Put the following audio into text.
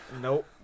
Nope